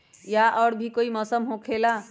या और भी कोई मौसम मे भी होला?